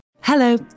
Hello